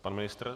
Pan ministr?